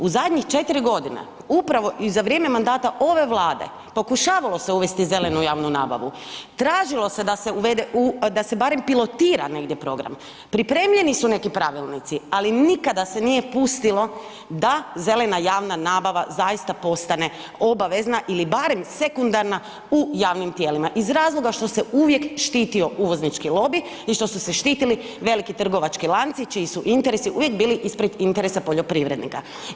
U zadnjih 4 g. upravo i za vrijeme mandata ove Vlade, pokušavalo se uvesti zelenu javnu nabave, tražilo se da se da se uvede, da se barem pilotira negdje program, pripremljeni su neki pravilnici ali nikada se nije pustilo da zelena javna nabava zaista postane obavezna ili barem sekundarna u javnim tijelima iz razloga što se uvijek štitio uvoznički lobij i što su se štitili veliki trgovački lanci čiji su interesi uvijek bili ispred interesa poljoprivrednika.